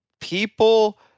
people